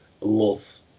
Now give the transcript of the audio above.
Love